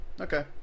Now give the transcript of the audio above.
okay